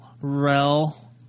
Rel